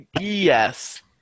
yes